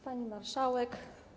Pani Marszałek!